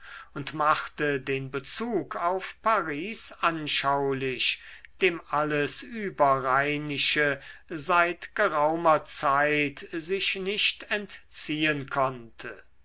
und machte den bezug auf paris anschaulich dem alles überrheinische seit geraumer zeit sich nicht entziehen konnte